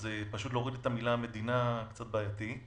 אז פשוט להוריד את המילה "מדינה" זה קצת בעייתי.